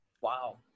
Wow